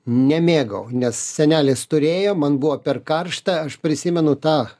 nemėgau nes senelis turėjo man buvo per karšta aš prisimenu tą